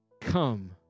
Come